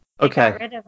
Okay